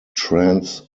trance